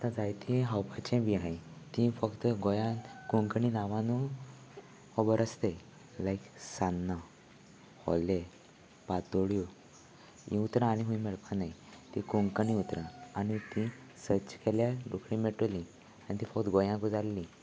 आतां जायती खावपाचें बी आसा तीं फक्त गोंयान कोंकणी नांवांनूय खबर आसले लायक सान्नां हॉले पातोळ्यो हीं उतरां आनी खूंय मेळपा नाय तीं कोंकणी उतरां आनी तीं सर्च केल्यार रोकडी मेळटली आनी तीं फक्त गोंयाक गजाल्लीं